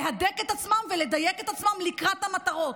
להדק את עצמם ולדייק את עצמם לקראת המטרות.